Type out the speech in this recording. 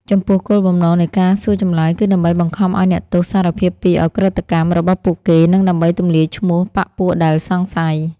ចំពោះគោលបំណងនៃការសួរចម្លើយគឺដើម្បីបង្ខំឱ្យអ្នកទោសសារភាពពី "ឧក្រិដ្ឋកម្ម" របស់ពួកគេ និងដើម្បីទម្លាយឈ្មោះបក្ខពួកដែលសង្ស័យ។